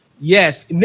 Yes